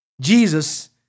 Jesus